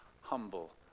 humble